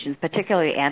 particularly